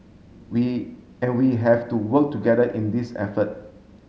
we and we have to work together in this effort